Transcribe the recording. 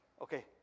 Okay